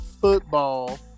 football